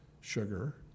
sugar